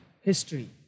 history